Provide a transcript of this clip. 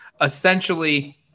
essentially